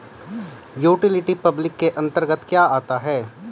Utility public के अंतर्गत क्या आता है?